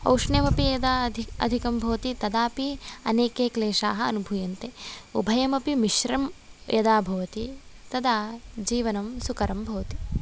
औष्ण्यमपि यदा अधिक अधिकं भवति तदापि अनेके क्लेशाः अनुभूयन्ते उभयमपि मिश्रं यदा भवति तदा जीवनं सुकरं भवति